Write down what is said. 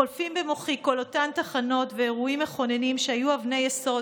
וחולפים במוחי כל אותם תחנות ואירועים מכוננים שהיו אבני יסוד